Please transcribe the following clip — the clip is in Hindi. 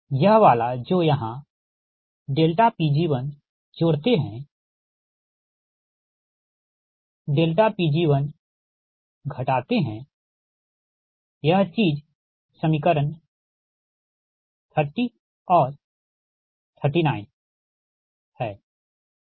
यह वाला जो यहाँ Pg1 जोड़ते है Pg1घटाते है यह चीज समीकरण 30 और 39 ठीक